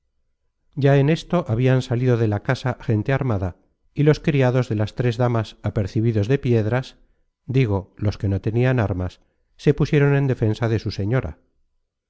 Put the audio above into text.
ya en esto habian salido de la casa gente armada y los criados de las tres damas apercebidos de piedras digo los que no tenian armas se pusieron en defensa de su señora